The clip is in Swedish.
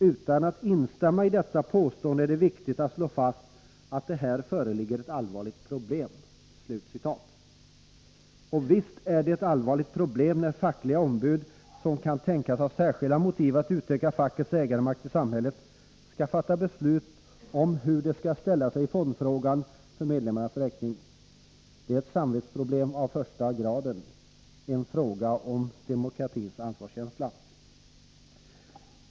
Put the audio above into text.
Utan att instämma i detta påstående är det viktigt att slå fast att det här föreligger ett allvarligt problem.” Visst är det ett allvarligt problem, när fackliga ombud, som kan tänkas ha särskilda motiv för att utöka fackets ägarmakt i samhället, skall fatta beslut om hur de skall ställa sig i fondfrågan för medlemmarnas räkning. Det är ett samvetsproblem av första graden och en fråga om demokratisk ansvarskänsla.